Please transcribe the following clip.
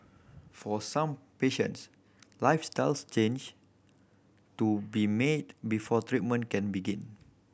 for some patients lifestyles change to be made before treatment can begin